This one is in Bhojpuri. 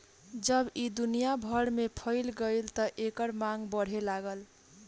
जब ई दुनिया भर में फइल गईल त एकर मांग बढ़े लागल